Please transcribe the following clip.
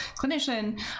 clinician